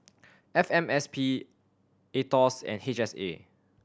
F M S P Aetos and H S A